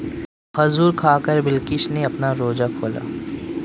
खजूर खाकर बिलकिश ने अपना रोजा खोला